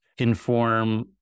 inform